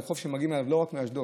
הוא חוף שמגיעים אליו לא רק מאשדוד.